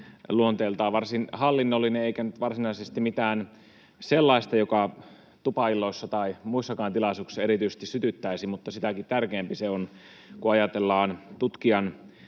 luonteeltaan varsin hallinnollinen eikä nyt varsinaisesti mitään sellaista, mikä tupailloissa tai muissakaan tilaisuuksissa erityisesti sytyttäisi, mutta sitäkin tärkeämpi se on, kun ajatellaan tutkijan